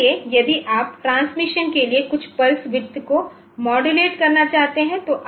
इसलिए यदि आप ट्रांसमिशन के लिए कुछ पल्स विड्थ को मॉड्युलेट करना चाहते हैं